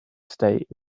state